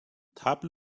طبل